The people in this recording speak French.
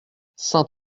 saint